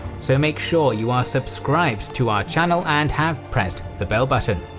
so make sure you are subscribed to our channel and have pressed the bell button.